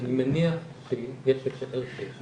אני מניח שיש לשער שיש יותר.